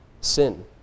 sin